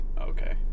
Okay